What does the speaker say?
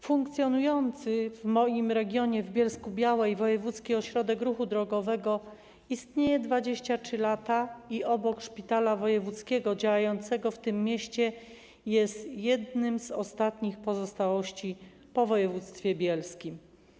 Funkcjonujący w moim regionie w Bielsku-Białej Wojewódzki Ośrodek Ruchu Drogowego istnieje 23 lata i obok szpitala wojewódzkiego działającego w tym mieście jest jedną z ostatnich pozostałości po województwie bielskim.